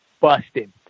busted